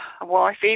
wifey